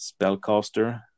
spellcaster